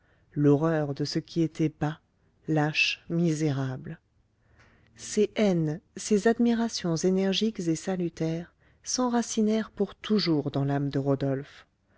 l'horreur de ce qui était bas lâche misérable ces haines ces admirations énergiques et salutaires s'enracinèrent pour toujours dans l'âme de rodolphe